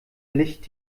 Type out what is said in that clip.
licht